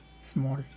small